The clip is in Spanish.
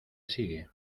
sigue